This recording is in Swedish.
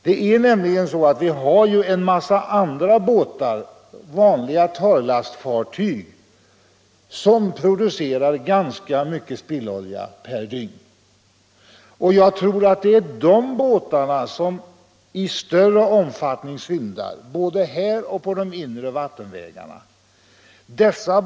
Det finns nämligen en massa andra — m.m. båtar, vanliga torrlastfartyg, som producerar ganska mycket spillolja per dygn. Jag tror att det är dessa båtar som i större omfattning syndar både här och på de inre vattenvägarna.